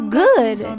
good